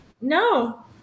No